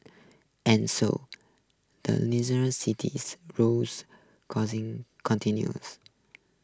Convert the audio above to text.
and so the cities rolls causing continues